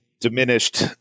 diminished